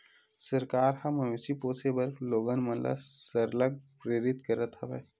सरकार ह मवेशी पोसे बर लोगन मन ल सरलग प्रेरित करत हवय